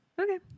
Okay